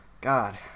God